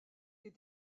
est